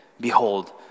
Behold